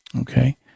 okay